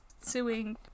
suing